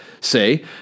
say